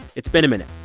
it's been a minute.